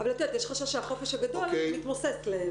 יש חשש שהחופש הגדול יתמוסס להם.